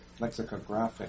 lexicographic